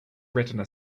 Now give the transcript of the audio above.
retina